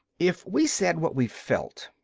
if we said what we felt,